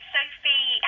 Sophie